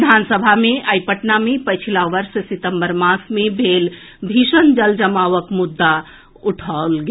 विधानसभा मे आइ पटना मे पछिला वर्ष सितम्बर मास मे भेल भीषण जल जमावक मुद्दा उठाओल गेल